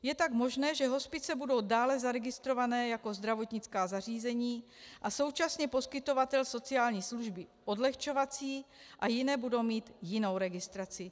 Je tak možné, že hospice budou dále zaregistrovány jako zdravotnická zařízení a současně poskytovatel sociální služby odlehčovací a jiné budou mít jinou registraci.